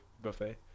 buffet